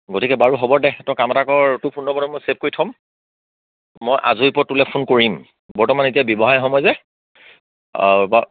গতিকে বাৰু হ'ব দে তই কাম এটা কৰ তোৰ ফোন নম্বৰটো মই ছেভ কৰি থ'ম মই আজৰিপৰত তোলে ফোন কৰিম বৰ্তমান এতিয়া ব্যৱসায় সময় যে